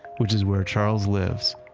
which is where charles lives.